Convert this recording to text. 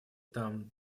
там